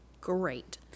great